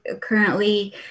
currently